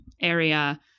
area